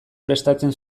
prestatzen